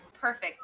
Perfect